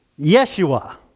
Yeshua